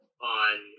on